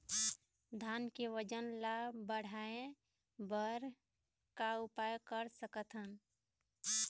धान के वजन ला बढ़ाएं बर का उपाय कर सकथन?